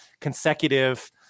consecutive